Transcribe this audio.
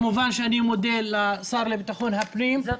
כמובן שאני מודה לשר לביטחון הפנים --- זו